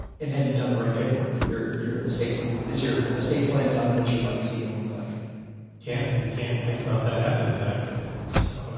and have you done the right paperwork? your, your estate plan is your estate plan done. and what's your legacy going to look like, like camp? you can't think about that after the fact so,